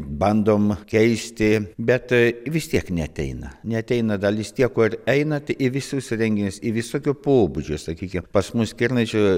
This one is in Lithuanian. bandom keisti bet vis tiek neateina neateina dalis tie kur einat į visus renginius į visokio pobūdžio sakykim pas mus kirnaičiu